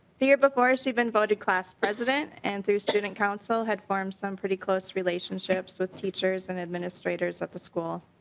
the year before she been voted class president and to student council had formed some pretty close relationships with teachers and administrators of the school.